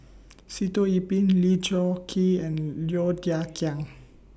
Sitoh Yih Pin Lee Choon Kee and Low Thia Khiang